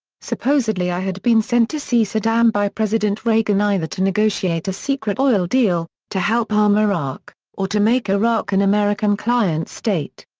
supposedly i had been sent to see saddam by president reagan either to negotiate a secret oil deal, to help arm iraq, or to make iraq an american client state.